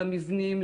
למבנים,